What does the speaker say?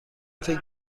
فکر